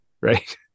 right